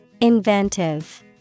Inventive